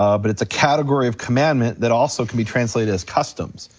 ah but it's a category of commandment that also can be translated as customs.